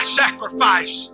sacrifice